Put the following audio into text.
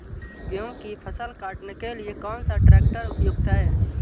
गेहूँ की फसल काटने के लिए कौन सा ट्रैक्टर उपयुक्त है?